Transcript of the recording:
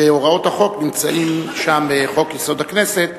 והוראות החוק נמצאות שם בחוק-יסוד: הכנסת,